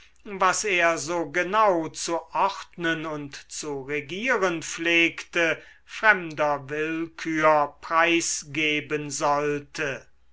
was er so genau zu ordnen und zu regieren pflegte fremder willkür preisgeben sollte